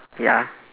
ya